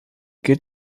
gilt